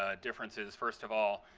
ah differences. first of all,